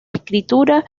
escritura